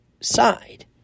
side